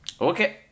Okay